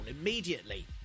immediately